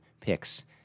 picks